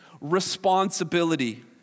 responsibility